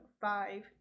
five